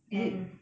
and